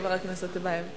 חבר הכנסת טיבייב.